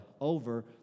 over